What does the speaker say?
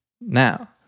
Now